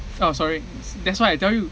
oh sorry that's why I tell you